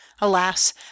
Alas